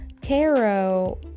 Tarot